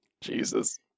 Jesus